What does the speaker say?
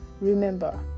remember